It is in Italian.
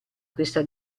questa